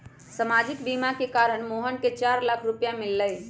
सामाजिक बीमा के कारण मोहन के चार लाख रूपए मिल लय